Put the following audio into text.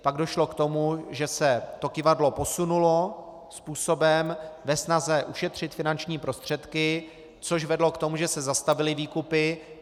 Pak došlo k tomu, že se kyvadlo posunulo způsobem ve snaze ušetřit finanční prostředky, což vedlo k tomu, že se zastavily výkupy.